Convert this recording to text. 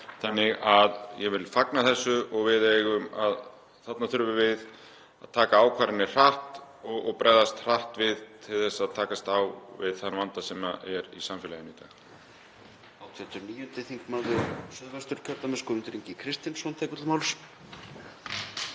Þannig að ég vil fagna þessu. Þarna þurfum við að taka ákvarðanir hratt og bregðast hratt við til að takast á við þann vanda sem er í samfélaginu í dag.